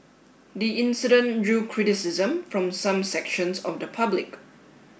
the incident drew criticism from some sections of the public